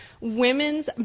women's